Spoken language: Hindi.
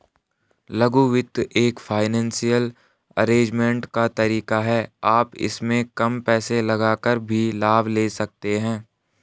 लघु वित्त एक फाइनेंसियल अरेजमेंट का तरीका है आप इसमें कम पैसे लगाकर भी लाभ ले सकते हैं